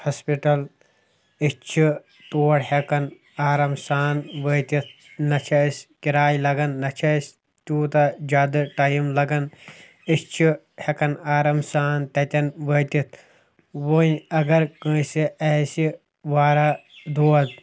hospital أسۍ چھِ تور ہٮ۪کان آرام سان وٲتِتھ نہ چھِ اَسہِ کِراے لگان نہ چھُ اَسہِ تیوٗتاہ زیادٕ ٹایم لگان أسۍ چھِ ہٮ۪کان آرام سان تَتٮ۪ن وٲتِتھ وۄنۍ اَگر کٲنٛسہِ آسہِ واریاہ دود